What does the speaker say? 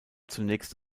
zunächst